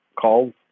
calls